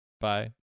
Bye